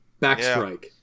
backstrike